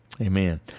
Amen